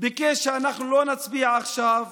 הוא ביקש שאנחנו לא נצביע עכשיו